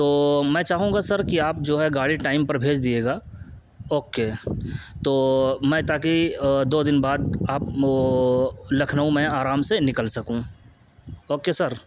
تو میں چاہوں گا سر کہ آپ جو ہے گاڑی ٹائم پر بھیج دیے گا اوکے تو میں تاکہ دو دن بعد آپ لکھنؤ میں آرام سے نکل سکوں اوکے سر